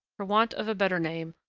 for want of a better name,